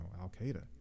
Al-Qaeda